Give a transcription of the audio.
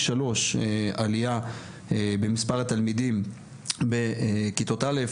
שלוש עלייה במספר התלמידים בכיתות א',